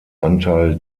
anteil